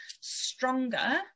stronger